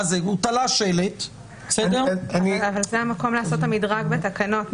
הוא תלה שלט --- אבל זה המקום לעשות את המדרג בתקנות.